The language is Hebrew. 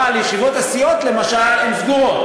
אבל ישיבות הסיעות, למשל, הן סגורות.